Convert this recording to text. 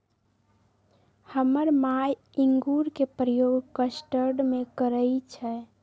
हमर माय इंगूर के प्रयोग कस्टर्ड में करइ छै